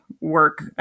work